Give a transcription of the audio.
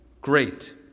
great